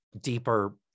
deeper